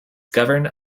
governed